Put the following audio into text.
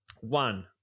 One